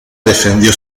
defendió